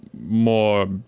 more